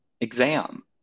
exam